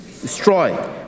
destroy